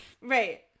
Right